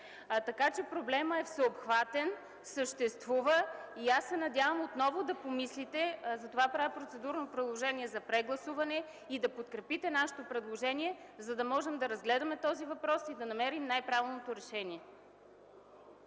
Така че проблемът е всеобхватен, съществува и аз се надявам отново да помислите – затова правя процедурно предложение за прегласуване – и да подкрепите нашето предложение, за да можем да разгледаме този въпрос и да намерим най-правилното решение.